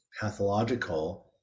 pathological